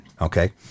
okay